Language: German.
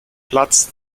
platz